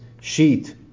sheet